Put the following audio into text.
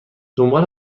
دنبال